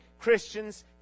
Christian's